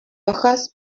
hojas